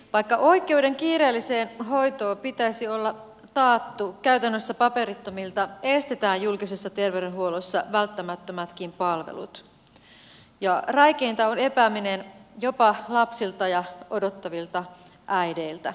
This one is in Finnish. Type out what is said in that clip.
vaikka oikeuden kiireelliseen hoitoon pitäisi olla taattu käytännössä paperittomilta estetään julkisessa terveydenhuollossa välttämättömätkin palvelut ja räikeintä on epääminen jopa lapsilta ja odottavilta äideiltä